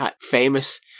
famous